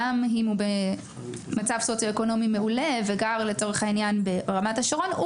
גם אם הוא במצב סוציו-אקונומי מעולה ולצורך העניין גר ברמת השרון,